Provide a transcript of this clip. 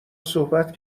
صحبت